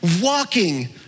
walking